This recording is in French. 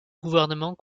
gouvernement